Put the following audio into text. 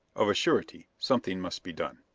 of a surety something must be done.